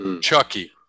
Chucky